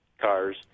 cars